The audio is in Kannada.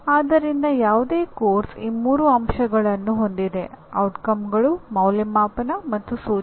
ಆದ್ದರಿಂದ ಯಾವುದೇ ಪಠ್ಯಕ್ರಮ ಈ ಮೂರು ಅಂಶಗಳನ್ನು ಹೊಂದಿದೆ ಪರಿಣಾಮಗಳು ಅಂದಾಜುವಿಕೆ ಮತ್ತು ಸೂಚನೆ